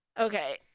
Okay